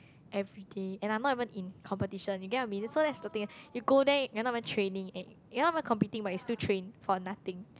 every day and I'm not even in competition you get what I mean so that's the thing you go there you're not even training and you're not even competing but you still train for nothing